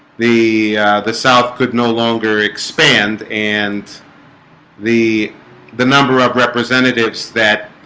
the the south could no longer expand and the the number of representatives that